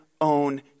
own